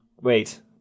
wait